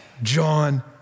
John